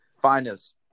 Finest